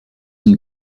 and